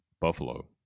Buffalo